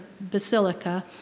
basilica